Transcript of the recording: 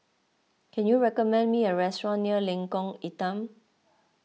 can you recommend me a restaurant near Lengkong Enam